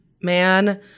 man